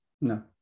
No